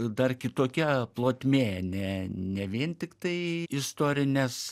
dar kitokia plotmė ne ne vien tiktai istorinės